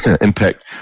impact